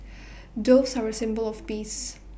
doves are A symbol of peace